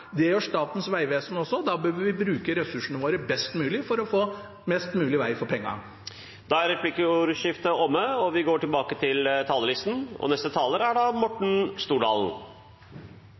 Det gjør Statens vegvesen også. Da bør vi bruke ressursene våre best mulig for å få mest mulig veg for pengene. Replikkordskiftet er omme. Fremskrittspartiet er bilistenes parti. Med budsjettet som skal vedtas i dag, har vi